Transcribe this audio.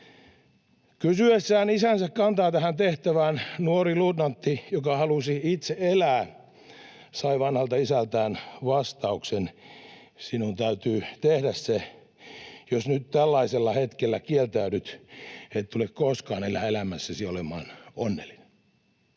Kysyessään isänsä kantaa tähän tehtävään nuori luutnantti, joka halusi itse elää, sai vanhalta isältään vastauksen: ”Sinun täytyy tehdä se. Jos nyt tällaisella hetkellä kieltäydyt, et tule koskaan enää elämässäsi olemaan onnellinen.”